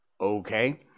Okay